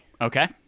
Okay